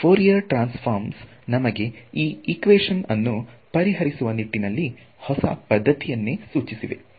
Fourier transform ನಮಗೆ ಈ equations ಅನ್ನು ಪರಿಹರಿಸುವ ನಿಟ್ಟಿನಲ್ಲಿ ಹೊಸ ಪದ್ಧತಿಯನ್ನೇ ಸೂಚಿಸಿವೆ